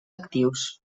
actius